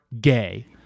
gay